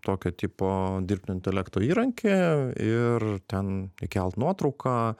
tokio tipo dirbtinio intelekto įrankį ir ten įkelt nuotrauką